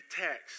text